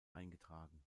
eingetragen